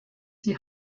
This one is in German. die